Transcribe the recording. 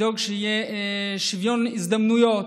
לדאוג שיהיה שוויון הזדמנויות.